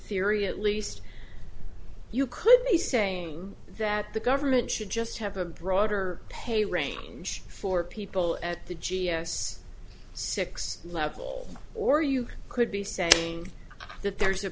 theory at least you could be saying that the government should just have a broader pay range for people at the g s six level or you could be saying that there's a